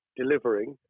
delivering